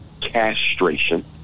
castration